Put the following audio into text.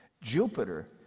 Jupiter